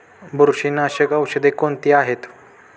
बुरशीनाशक औषधे कोणती आहेत?